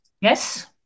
Yes